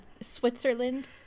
Switzerland